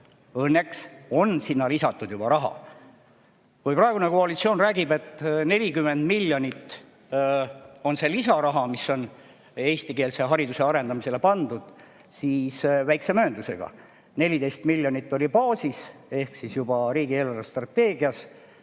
õnneks on sinna lisatud juba raha. Kui praegune koalitsioon räägib, et 40 miljonit on see lisaraha, mis on eestikeelse hariduse arendamisele pandud, siis väikse mööndusega: 14 miljonit oli baasis ehk juba riigi eelarvestrateegias